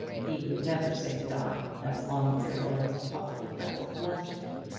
he would never say die, as long as there was a puff of breath left to him.